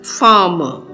farmer